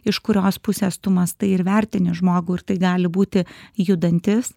iš kurios pusės tu mąstai ir vertini žmogų ir tai gali būti judantis